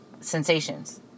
sensations